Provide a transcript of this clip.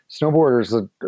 snowboarders